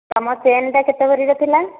ତୁମ ଚେନ୍ଟା କେତେ ଭରିର ଥିଲା